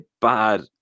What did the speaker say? bad